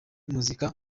muzika